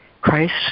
Christ